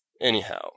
anyhow